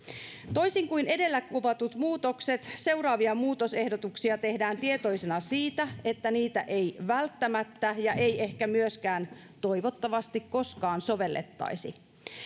toisin kuin edellä kuvatut muutokset seuraavia muutosehdotuksia tehdään tietoisena siitä että niitä ei välttämättä ja ei ehkä myöskään toivottavasti koskaan sovellettaisi